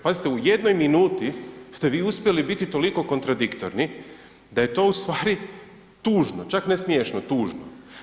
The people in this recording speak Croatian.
Pazite, u jednoj minuti ste vi uspjeli biti toliko kontradiktorni da je to ustvari tužno, čak ne smješno, tužno.